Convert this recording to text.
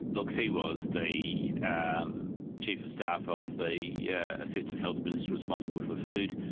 look, he was the um chief of staff of the yeah assistant health minister responsible for food,